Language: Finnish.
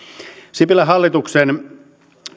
sipilän hallituksen